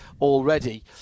already